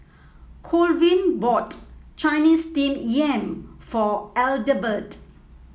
Colvin bought Chinese Steamed Yam for Adelbert